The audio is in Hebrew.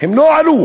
הם לא עלו,